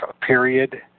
period